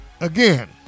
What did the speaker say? Again